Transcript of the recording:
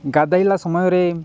ଗାଧୋଇଲା ସମୟରେ